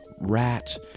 rat